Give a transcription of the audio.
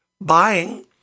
buying